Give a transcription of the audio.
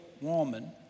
woman